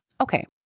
Okay